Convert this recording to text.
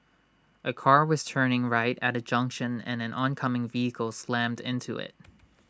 A car was turning right at A junction and an oncoming vehicle slammed into IT